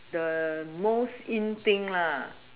the most in thing lah